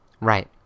Right